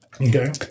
Okay